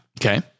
Okay